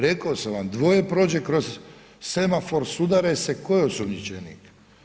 Rekao sam vam, dvoje prođe kroz semafor, sudare se, tko je osumnjičenik?